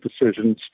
decisions